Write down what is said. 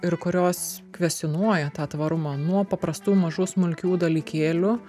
ir kurios kvestionuoja tą tvarumą nuo paprastų mažų smulkių dalykėlių